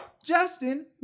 Justin